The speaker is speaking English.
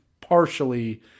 partially